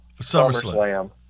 SummerSlam